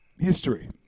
history